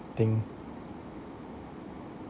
thing